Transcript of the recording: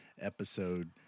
episode